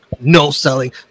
no-selling